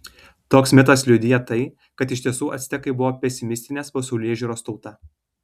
toks mitas liudija tai kad iš tiesų actekai buvo pesimistinės pasaulėžiūros tauta